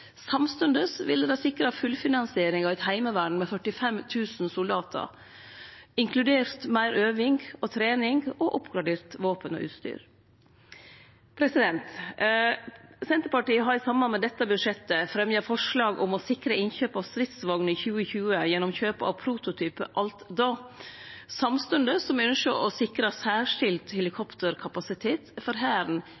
Samstundes ville det sikra fullfinansiering av eit heimvern med 45 000 soldatar, inkludert meir øving og trening og oppgraderte våpen og utstyr. Senterpartiet har i samband med dette budsjettet fremja forslag om å sikre innkjøp av stridsvogner i 2020 gjennom kjøp av prototype alt då, samstundes som me ønskjer å sikre ein særskild